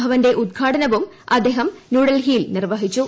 ഭവന്റെ ഉദ്ഘാടനവും അദ്ദേഹം ന്യൂഡൽഹിയിൽ നിർവഹിച്ചു